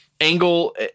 Angle